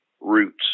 roots